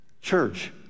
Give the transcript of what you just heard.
church